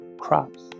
crops